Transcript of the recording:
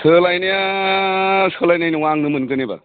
सोलायनाया सोलायनाय नङा आंनो मोनगोन ओइबार